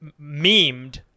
memed